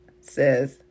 says